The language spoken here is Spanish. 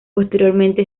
posteriormente